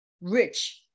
rich